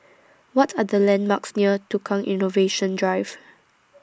What Are The landmarks near Tukang Innovation Drive